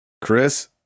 Chris